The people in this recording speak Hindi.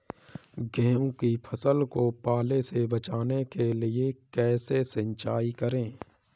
गेहूँ की फसल को पाले से बचाने के लिए कैसे सिंचाई करें?